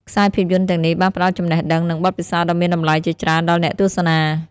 ខ្សែភាពយន្តទាំងនេះបានផ្ដល់ចំណេះដឹង និងបទពិសោធន៍ដ៏មានតម្លៃជាច្រើនដល់អ្នកទស្សនា។